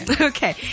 Okay